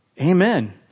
Amen